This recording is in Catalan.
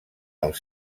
els